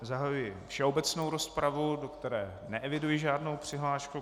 Zahajuji všeobecnou rozpravu, do které neeviduji žádnou přihlášku.